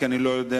כי אני לא יודע,